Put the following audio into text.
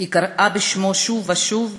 היא קראה בשמו שוב ושוב,